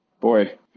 boy